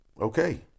Okay